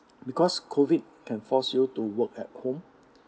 because COVID can force you to work at home